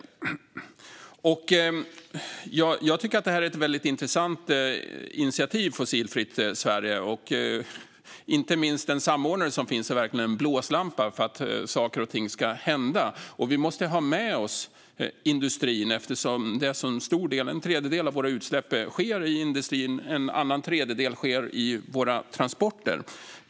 Jag tycker att Fossilfritt Sverige är ett väldigt intressant initiativ, och samordnaren är verkligen en blåslampa för att saker och ting ska hända. Vi måste ha med oss industrin, eftersom en tredjedel av våra utsläpp sker i industrin och en annan tredjedel i våra transporter.